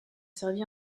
servi